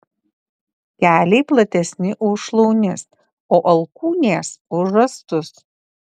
keliai platesni už šlaunis o alkūnės už žastus